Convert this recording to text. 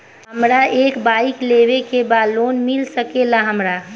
हमरा एक बाइक लेवे के बा लोन मिल सकेला हमरा?